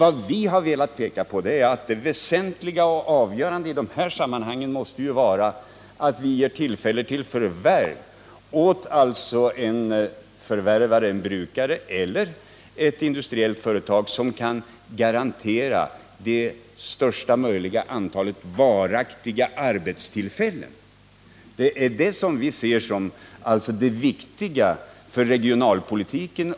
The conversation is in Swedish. Vad vi har velat peka på är att det väsentliga och avgörande i dessa sammanhang måste vara att man ger möjlighet till förvärv åt en brukare eller ett industriellt företag som kan garantera det största möjliga antalet varaktiga arbetstillfällen. Det är det som vi ser som det viktiga för regionalpolitiken.